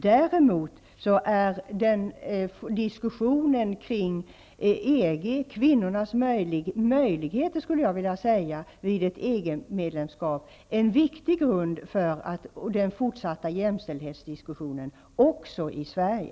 Däremot är diskussionen om kvinnornas möjligheter vid ett EG-medlemskap en viktig grund för den fortsatta jämställdhetsdiskussionen också i Sverige.